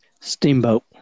Steamboat